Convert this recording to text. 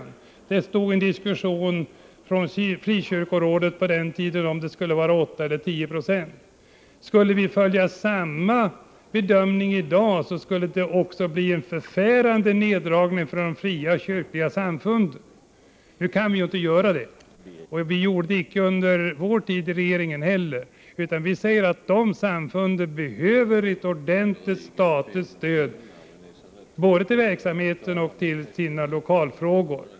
Det fördes på den tiden en diskussion inom Frikyrkorådet om det skulle vara 8 eller 10 96. Skulle vi göra samma bedömning i dag skulle det innebära en förfärande neddragning av bidragen till de fria kyrkliga samfunden. Det kan vi inte göra — det gjordes icke heller under den borgerliga regeringstiden. Vi säger i centerpartiet att dessa samfund behöver ett ordentligt statligt stöd, både till verksamhet och till lokaler.